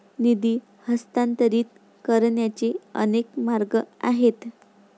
निधी हस्तांतरित करण्याचे अनेक मार्ग आहेत